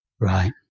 Right